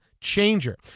changer